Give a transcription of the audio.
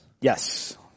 Yes